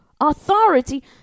authority